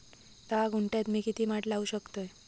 धा गुंठयात मी किती माड लावू शकतय?